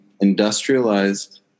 industrialized